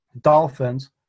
Dolphins